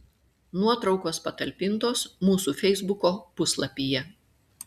nuotraukos patalpintos mūsų feisbuko puslapyje